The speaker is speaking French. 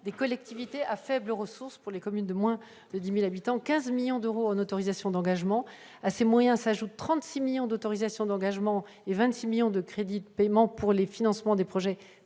des communes à faibles ressources comptant moins de 10 000 habitants, pour 15 millions d'euros en autorisations d'engagement. À ces moyens s'ajoutent 36 millions d'euros d'autorisations d'engagement et 26 millions d'euros de crédits de paiement pour le financement des projets